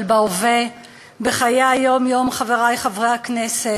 אבל בהווה, בחיי היום-יום, חברי חברי הכנסת,